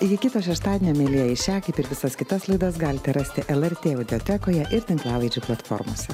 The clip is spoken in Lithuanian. iki kito šeštadienio mielieji šią kaip ir visas kitas laidas galite rasti el er tė audiotekoje ir tinklalaidžių platformose